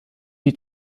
die